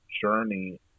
journey